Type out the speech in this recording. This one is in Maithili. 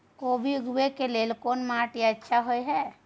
कोबी उगाबै के लेल कोन माटी अच्छा होय है?